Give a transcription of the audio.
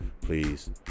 please